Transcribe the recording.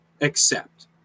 accept